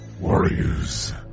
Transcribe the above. warriors